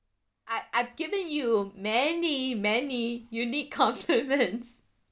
I I've given you many many unique compliments